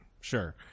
Sure